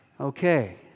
Okay